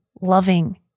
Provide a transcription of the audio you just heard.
loving